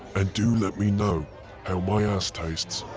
ah do let me know how my ass tastes.